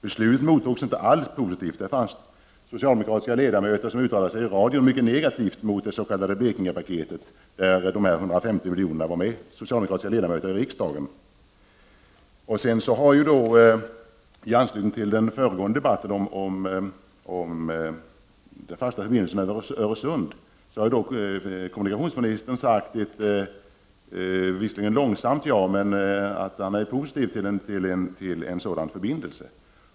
Beslutet mottogs inte alls positivt. Det fanns socialdemokratiska ledamöter av riksdagen som uttalade sig mycket negativt i radio mot det s.k. Blekingepaketet där dessa 150 milj.kr. var med. I anslutning till den föregående debatten om de fasta förbindelserna över Öresund sade kommunikationsministern ett visserligen tveksamt ja, men att han är positiv till en sådan förbindelse.